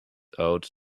out